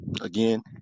Again